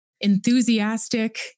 enthusiastic